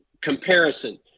comparison